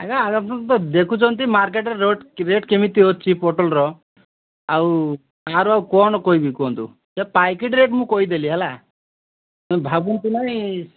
ଆଜ୍ଞା ଆପଣ ତ ଦେଖୁଛନ୍ତି ମାର୍କେଟ୍ରେ ରେଟ୍ ରେଟ୍ କେମିତି ଅଛି ପୋଟଲ୍ର ଆଉ ତା'ର କ'ଣ କହିବି କୁହନ୍ତୁ ସେ ପାଇକିଟ୍ ରେଟ୍ ମୁଁ କଇଦେଲି ହେଲା ଭାବନ୍ତୁ ନାଇଁ